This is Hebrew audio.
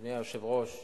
אדוני היושב-ראש,